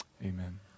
Amen